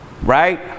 right